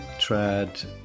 trad